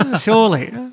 Surely